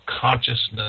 consciousness